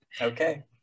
Okay